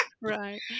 right